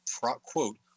quote